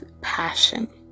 passion